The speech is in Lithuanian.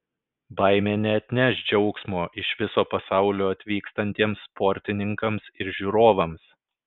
baimė neatneš džiaugsmo iš viso pasaulio atvykstantiems sportininkams ir žiūrovams